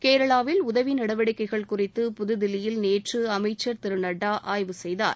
கேரளாவில் உதவி நடவடிக்கைகள் குறித்து புதுதில்லியில் நேற்று அமைச்சள் திரு நட்டா ஆய்வு செய்தார்